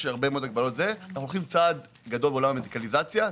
עושים צעד גדול בעולם הלגליזציה.